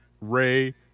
Ray